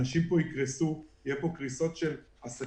אנשים פה יקרסו, יהיו קריסות של עסקים,